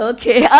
Okay